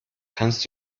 kannst